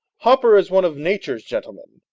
hopper is one of nature's gentlemen,